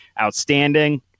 outstanding